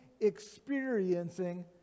experiencing